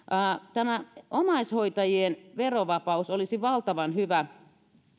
tämä omaishoitajien verovapaus olisi valtavan hyvä